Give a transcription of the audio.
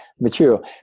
material